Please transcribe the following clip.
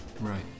right